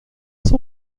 son